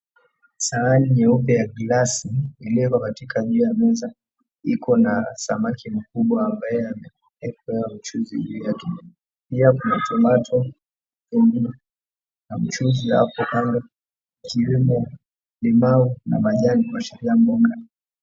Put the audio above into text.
Sahani nyeupe ya glasi imeekwa katika juu ya meza iko na samaki mkubwa ambae ameekwa mchuuzi juu yake, pia kuna tomato , kitunguu na mchuzi apo kando ikiwemo ni mbao na majani kuashiria mboga.